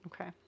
Okay